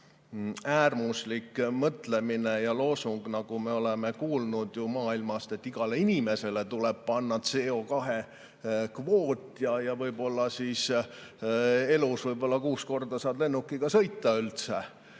äärmuslik mõtlemine ja loosung, nagu me oleme ju kuulnud maailmast, et igale inimesele tuleb panna CO2kvoot ja võib-olla siis saad üldse elus kuus korda lennukiga sõita.